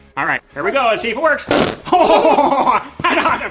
alright, here we go. let's see if it works. hahahaha!